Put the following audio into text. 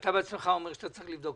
ואתה בעצמך אומר שאתה צריך לבדוק,